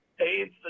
AIDS